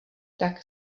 tak